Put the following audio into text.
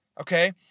okay